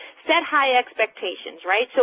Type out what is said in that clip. set high expectations, right? so